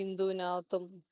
ഹിന്ദുവിന് അകത്തും